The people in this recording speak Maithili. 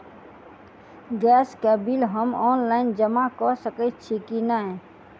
गैस केँ बिल हम ऑनलाइन जमा कऽ सकैत छी की नै?